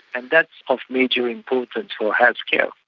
and that's of major importance for healthcare.